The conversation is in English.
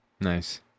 nice